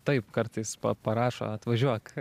taip kartais paprašo atvažiuok